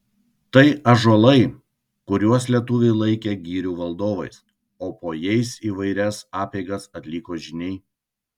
tai ąžuolai kuriuos lietuviai laikė girių valdovais o po jais įvairias apeigas atliko žyniai